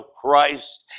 Christ